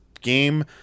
game